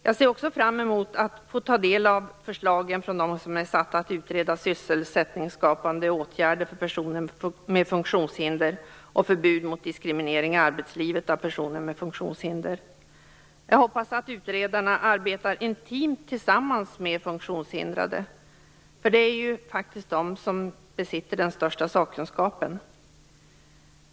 Jag ser fram mot att få ta del av förslagen från dem som är utsatta att utreda sysselsättningsskapande åtgärder och förbud mot diskriminering i arbetslivet av personer med funktionshinder. Jag hoppas att utredarna arbetar intimt tillsammans med funktionshindrade, för det är faktiskt de som besitter den största sakkunskapen.